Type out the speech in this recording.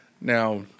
Now